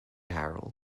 harold